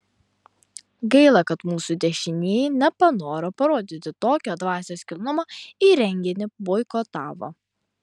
gaila kad mūsų dešinieji nepanoro parodyti tokio dvasios kilnumo ir renginį boikotavo